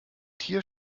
tier